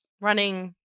Running